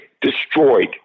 destroyed